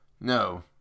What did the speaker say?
No